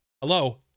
Hello